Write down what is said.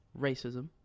racism